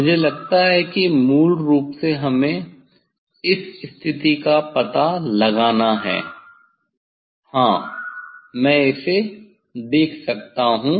मुझे लगता है कि मूल रूप से हमें इस स्थिति का पता लगाना है हां मैं इसे देख सकता हूं